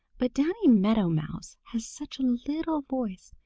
but danny meadow mouse has such a little voice,